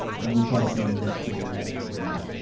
and we'll try to bring you that story later today.